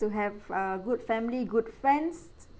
to have uh good family good friends